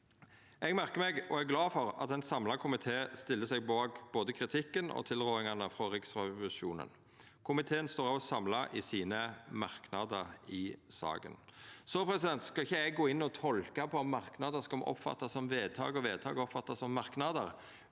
Eg merkar meg, og er glad for, at ein samla komité stiller seg bak både kritikken og tilrådingane frå Riksrevisjonen. Komiteen står òg samla i sine merknader i saka. No skal ikkje eg gå inn og tolka om merknader kan oppfattast som vedtak, og vedtak oppfattast som merknader,